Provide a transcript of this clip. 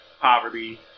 poverty